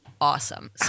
awesome